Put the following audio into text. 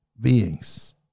beings